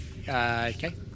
Okay